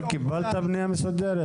לא קיבלת פנייה מסודרת?